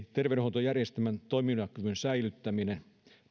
terveydenhuoltojärjestelmän toimintakyvyn säilyttäminen